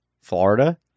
Florida